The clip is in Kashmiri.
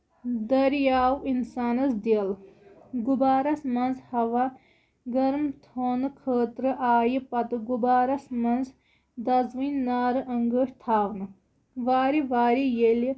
دٔریاو اِنسانَس دِل غُبارَس منٛز ہوا گرم تھاونہٕ خٲطرٕ آیہِ پَتہٕ غُرَس منٛز دَزوٕنۍ نارٕ أنگیٖٹھ تھاونہٕ وارِ وارِ ییٚلہِ